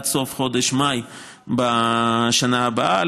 עד סוף חודש מאי בשנה הבאה,